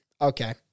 Okay